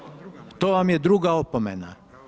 To vam je druga opomena.